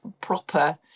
proper